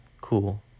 cool